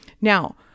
Now